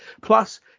Plus